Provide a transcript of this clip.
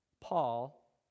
Paul